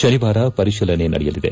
ಶನಿವಾರ ಪರಿಶೀಲನೆ ನಡೆಯಲಿದೆ